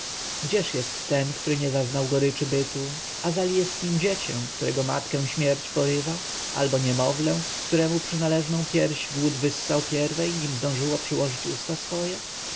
gdzież jest ten który nie zaznał goryczy bytu azali jest nim dziecię którego matkę śmierć porywa albo niemowlę któremu przynależną pierś głód wyssał pierwej nim zdążyło przyłożyć usta swoje